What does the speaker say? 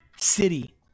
city